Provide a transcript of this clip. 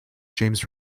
james